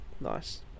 Nice